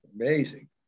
Amazing